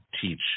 teach